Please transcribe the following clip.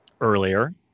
earlier